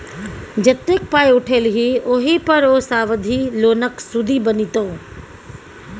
जतेक पाय उठेलही ओहि पर ओ सावधि लोनक सुदि बनितौ